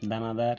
দানাদার